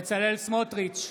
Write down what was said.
בצלאל סמוטריץ'